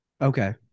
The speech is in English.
Okay